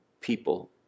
people